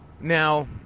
Now